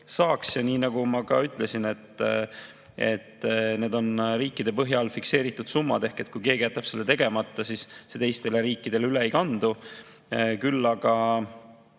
saaks. Ja nii nagu ma ka ütlesin, on need riikide põhjal fikseeritud summad ehk kui keegi jätab selle tegemata, siis see teistele riikidele üle ei kandu. Küll aga